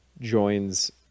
joins